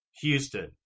Houston